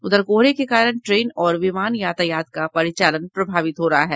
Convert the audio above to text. उधर कोहरे के कारण ट्रेन और विमान यातायात का परिचलान प्रभावित हो रहा है